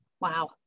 wow